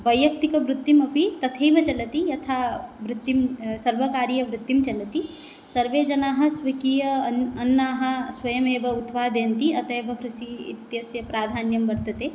वैयक्तिकवृत्तिमपि तथैव चलति यथा वृत्तिं सर्वकार्यवृत्तिं चलति सर्वेजनाः स्विकीय अन्नाः स्वयमेव उत्पादयन्ति अतेऽव कृषि इत्यस्य प्राधान्यं वर्तते